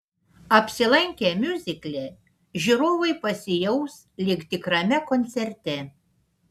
apsilankę miuzikle žiūrovai pasijaus lyg tikrame koncerte